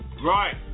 Right